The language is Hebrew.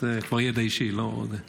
זה כבר ידע אישי, יש צורך.